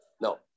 No